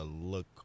look